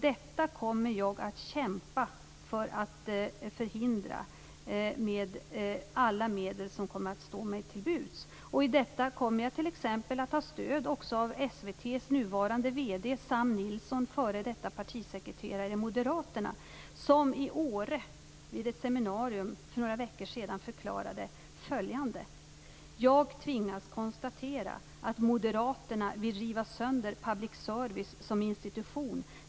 Jag kommer med alla medel som står mig till buds att kämpa för att förhindra detta. Jag kommer då också att ta stöd t.ex. av SVT:s nuvarande VD Sam Nilsson, f.d. partisekreterare i Moderaterna. Han förklarade för några veckor sedan vid ett seminarium i Åre följande: Jag tvingas konstatera att moderaterna vill riva sönder public service som institution.